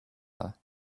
her